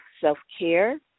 self-care